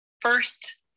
first